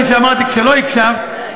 כפי שאמרתי כשלא הקשבת,